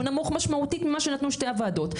נמוך משמעותיות ממה שנתנו שתי הוועדות,